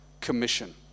commission